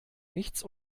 nichts